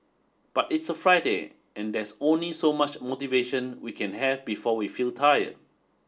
but it's a Friday and there's only so much motivation we can have before we feel tired